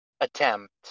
attempt